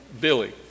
Billy